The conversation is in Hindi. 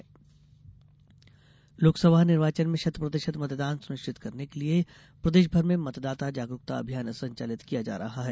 मतदाता जागरूकता लोकसभा निर्वाचन में शत प्रतिषत मतदान सुनिष्चित करने के लिए प्रदेषभर में मतदाता जागरूकता अभियान संचालित किया जा रहा है